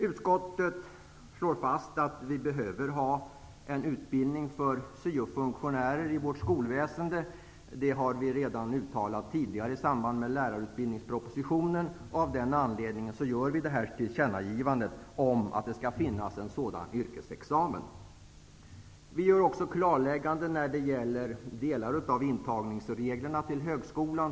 Utskottet slår fast att vi behöver ha en utbildning för syofunktionärer i vårt skolväsende. Det har vi redan uttalat tidigare i samband med lärarutbildningspropositionen. Av den anledningen gör vi detta tillkännagivande om att det skall finnas en sådan yrkesexamen. Vi gör också klarlägganden när det gäller delar av intagningsreglerna till högskolan.